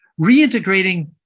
reintegrating